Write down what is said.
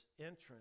entrance